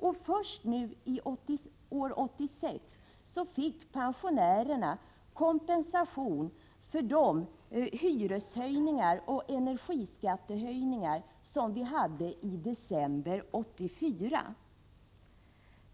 Inte förrän i år, 1986, har pensionärerna fått kompensation för de hyresoch energiskattehöjningar som skedde i december 1984.